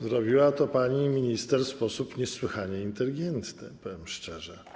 Zrobiła to pani minister w sposób niesłychanie inteligentny, powiem szczerze.